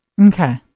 Okay